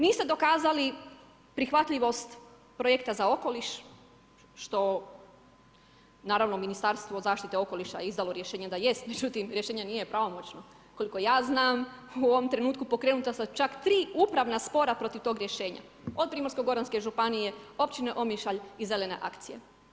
Niste dokazali prihvatljivost projekta za okoliš, što naravno Ministarstvo zaštite okoliša izdalo rješenje da jest, međutim, rješenje nije pravomoćno, koliko ja znam, u ovom trenutku, pokrenuta su čak 3 upravna spora protiv tog rješenja, od Primorsko goranske županije, općine Omišalj i zelene akcije.